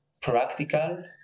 practical